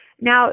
Now